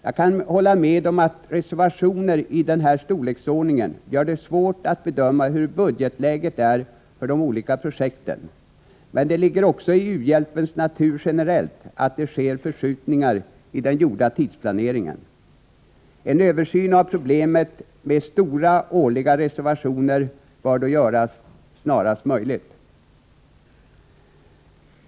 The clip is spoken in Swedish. Jag kan hålla med om att reservationer i denna storleksordning gör det svårt att bedöma hur budgetläget är för de olika projekten, men det ligger också i u-hjälpens natur generellt att det sker förskjutningar i den gjorda tidsplaneringen. En översyn av problemet med stora årliga reservationer bör dock göras snarast möjligt.